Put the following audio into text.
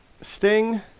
Sting